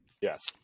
Yes